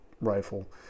rifle